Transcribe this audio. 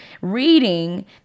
reading